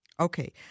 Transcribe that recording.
Okay